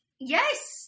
Yes